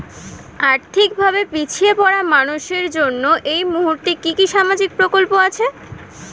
আর্থিক ভাবে পিছিয়ে পড়া মানুষের জন্য এই মুহূর্তে কি কি সামাজিক প্রকল্প আছে?